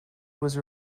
was